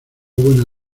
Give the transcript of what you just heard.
buena